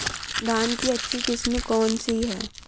धान की अच्छी किस्म कौन सी है?